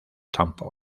temple